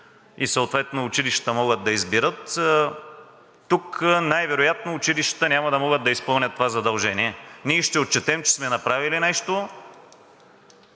и съответно училищата могат да избират. Тук най-вероятно училищата няма да могат да изпълнят това задължение. Ние ще отчетем, че сме направили нещо,